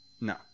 No